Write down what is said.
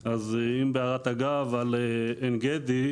אז אם בהערת אגב על עין גדי,